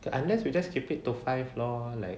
okay unless we just keep it to five lor like